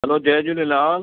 hello जय झूलेलाल